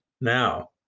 now